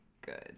good